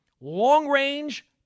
Long-range